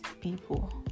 people